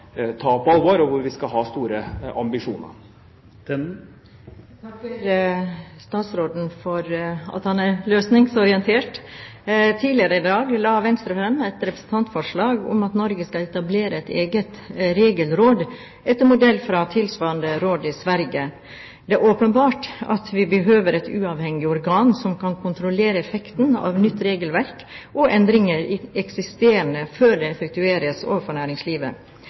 ta på alvor, og hvor vi skal ha store ambisjoner. Jeg takker statsråden for at han er løsningsorientert. Tidligere i dag la Venstre fram et representantforslag om at Norge skal etablere et eget regelråd etter modell fra tilsvarende råd i Sverige. Det er åpenbart at vi behøver et uavhengig organ som kan kontrollere effekten av nytt regelverk og endringer i eksisterende, før det effektueres overfor næringslivet.